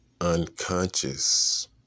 unconscious